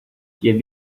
quien